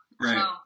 Right